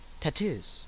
tattoos